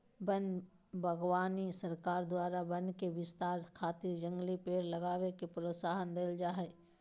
वन बागवानी सरकार द्वारा वन के विस्तार खातिर जंगली पेड़ लगावे के प्रोत्साहन देल जा हई